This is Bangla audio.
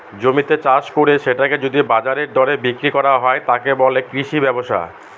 জমিতে চাষ করে সেটাকে যদি বাজারের দরে বিক্রি করা হয়, তাকে বলে কৃষি ব্যবসা